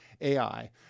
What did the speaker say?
AI